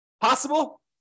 Possible